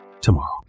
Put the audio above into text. tomorrow